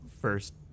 first